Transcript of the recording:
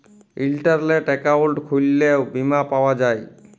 ইলটারলেট account খুইললেও বীমা পাউয়া যায়